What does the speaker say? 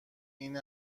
این